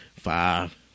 five